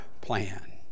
plan